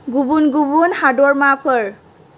गुबुन गुबुन हादोरमाफोर